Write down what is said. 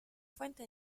fuente